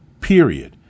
period